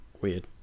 Weird